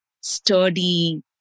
sturdy